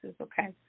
okay